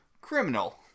Criminal